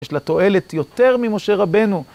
יש לה תועלת יותר ממשה רבנו.